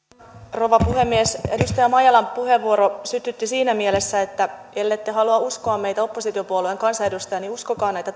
rouva puhemies edustaja maijalan puheenvuoro sytytti siinä mielessä että ellette halua uskoa meitä oppositiopuolueiden kansanedustajia niin uskokaa näitä